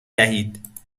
دهید